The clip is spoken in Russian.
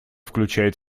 включают